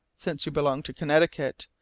since you belong to connecticut,